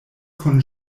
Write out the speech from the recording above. kun